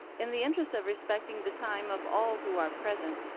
in the interest of respecting the time of all who are present,